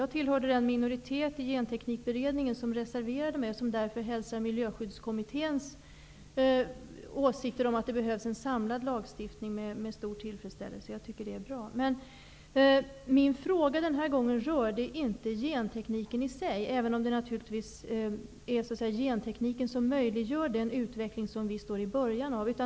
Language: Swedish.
Jag tillhörde den minoritet i Genteknikberedningen som reserverade sig, och jag hälsar därför Miljöskyddskommitténs åsikter om att det behövs en samlad lagstiftning med stor tillfredsställelse. Det är bra. Den här gången rör min fråga inte gentekniken i sig, även om det naturligtvis är gentekniken som möjliggör den utveckling som vi står i början av.